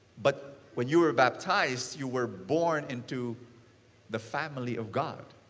but when you were baptized, you were born into the family of god.